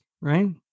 right